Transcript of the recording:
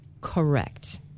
Correct